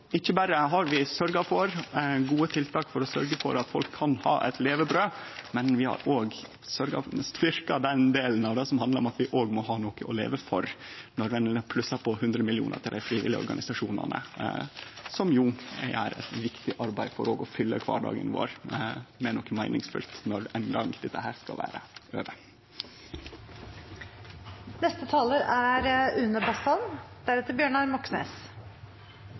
Ikkje berre har vi sørgt for gode tiltak for å sørgje for at folk kan ha eit levebrød, vi har òg styrkt den delen som handlar om at vi òg må ha noko å leve for, når vi har plussa på 100 mill. kr til dei frivillige organisasjonane, som jo gjer eit viktig arbeid med å tilføre kvardagen vår noko meiningsfylt når dette ein gong er